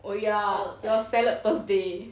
oh ya the salad thursday